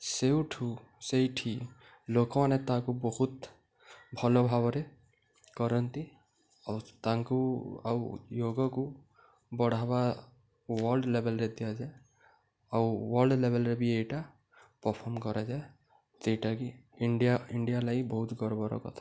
ସେଉଠୁ ସେଇଠି ଲୋକମାନେ ତାହାକୁ ବହୁତ ଭଲ ଭାବରେ କରନ୍ତି ଆଉ ତାଙ୍କୁ ଆଉ ୟୋଗାକୁ ବଢ଼ାବା ୱାର୍ଲଡ଼ ଲେଭେଲ୍ରେ ଦିଆଯାଏ ଆଉ ୱାର୍ଲଡ଼ ଲେଭେଲ୍ରେ ବି ଏଇଟା ପଫର୍ମ କରାଯାଏ ସେଇଟାକି ଇଣ୍ଡିଆ ଇଣ୍ଡିଆ ଲାଗି ବହୁତ ଗର୍ବର କଥା